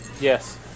yes